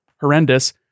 horrendous